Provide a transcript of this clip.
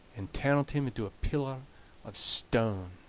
and turned him into a pillar of stone.